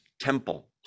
temple